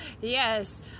Yes